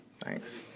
Thanks